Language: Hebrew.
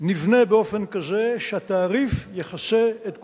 נבנה באופן כזה שהתעריף יכסה את כולו.